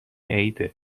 عیده